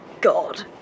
God